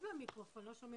שנמצאים כאן.